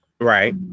right